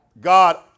God